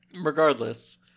regardless